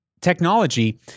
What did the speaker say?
technology